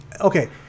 okay